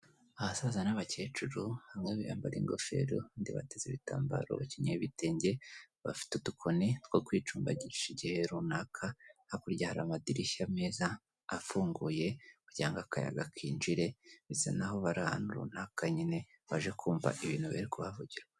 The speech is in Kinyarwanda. Abasaza n'abakecuru bamwe biyambariye ingofero abandi bateze ibitambaro bakinyeye ibitenge, bafite udukoni two kwicumbagisha igihe runaka hakurya hari amadirishya meza afunguye kugirango akayaga kinjire bisa naho bari ahantu runaka nyine baje kumva ibintu biri kuhavugirwa.